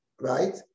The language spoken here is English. Right